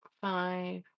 Five